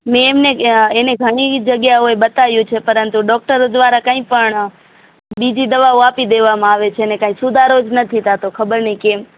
મેં એમને અ એને ઘણી જગ્યાઓએ બતાવ્યું છે પરંતુ ડોકટરો દ્વારા કાંઈ પણ અ બીજી દવાઓ આપી દેવામાં આવે છે ને કાંઈ સુધારો જ નથી થતો ખબર નહીં કેમ